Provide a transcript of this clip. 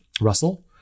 Russell